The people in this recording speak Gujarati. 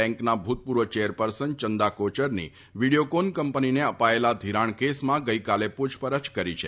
બેંકના ભૂતપૂર્વ ચેરપર્સન ચંદા કોચરની વિડિયોકોન કંપનીને અપાયેલા ધિરાણના કેસમાં ગઇકાલે પૂછપરછ કરી છે